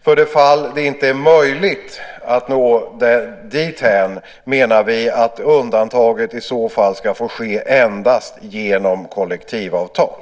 För det fall att det inte är möjligt att nå dithän menar vi att undantaget i så fall ska få ske endast genom kollektivavtal.